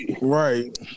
right